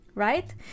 Right